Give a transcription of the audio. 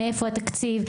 מאיפה התקציב,